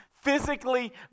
physically